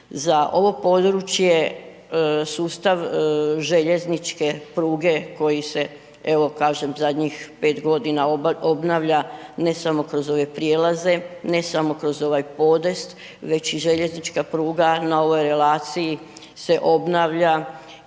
Za ovo područje sustav željezničke pruge koji se, evo kažem, zadnjih 5.g. obnavlja ne samo kroz ove prijelaze, ne samo kroz ovaj podest, već i željeznička pruga na ovoj relaciji se obnavlja